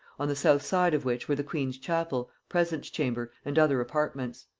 on the south side of which were the queen's chapel, presence chamber, and other apartments.